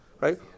Right